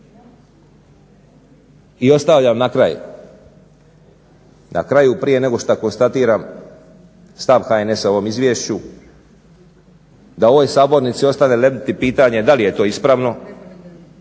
I ostavljam na kraju, na kraju prije nego što konstatiram stav HNS-a o ovom izvješću da u ovoj sabornici ostaje lebditi pitanje da li je to ispravno